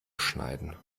schneiden